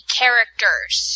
characters